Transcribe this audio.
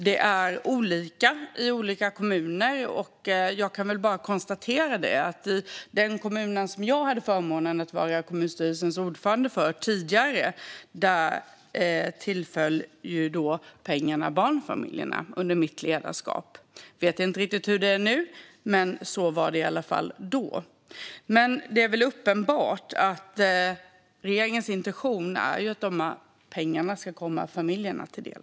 Det är olika i olika kommuner, och jag kan konstatera att i den kommun där jag tidigare hade förmånen att vara kommunstyrelsens ordförande tillföll pengarna under mitt ledarskap barnfamiljerna. Jag vet inte riktigt hur det är nu, men så var det i alla fall då. Det är väl uppenbart att regeringens intention är att pengarna ska komma familjerna till del.